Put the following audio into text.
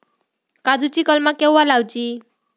काजुची कलमा केव्हा लावची?